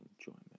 enjoyment